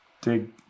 Dig